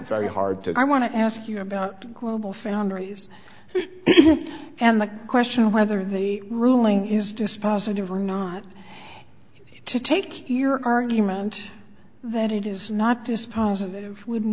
rry hard to i want to ask you about globalfoundries and the question of whether they ruling is dispositive or not to take your argument that it is not dispositive would